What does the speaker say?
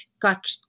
got